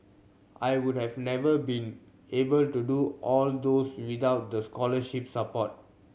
I would have never been able to do all these without the scholarship support